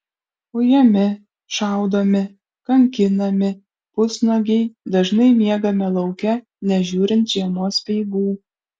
ujami šaudomi kankinami pusnuogiai dažnai miegame lauke nežiūrint žiemos speigų